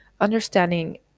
understanding